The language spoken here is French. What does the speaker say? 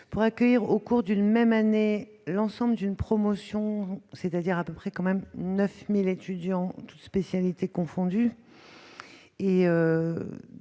pour accueillir, au cours d'une même année, l'ensemble d'une promotion- à peu près 9 000 étudiants, toutes spécialités confondues